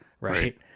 right